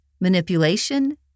manipulation